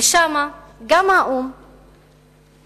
ושם גם האו"ם